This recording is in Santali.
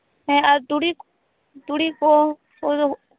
ᱦᱮᱸ ᱟᱨ ᱛᱩᱲᱤ ᱛᱩᱲᱤ ᱠᱚ